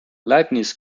leibniz